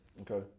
okay